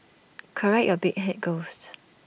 correct your big Head ghost